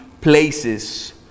places